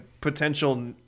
potential